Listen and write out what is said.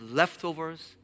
leftovers